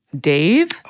Dave